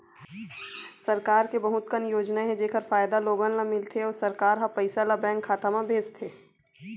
सरकार के बहुत कन योजना हे जेखर फायदा लोगन ल मिलथे अउ सरकार ह पइसा ल बेंक खाता म भेजथे